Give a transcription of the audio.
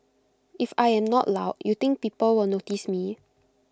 if I am not loud you think people will notice me